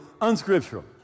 unscriptural